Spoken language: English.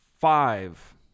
five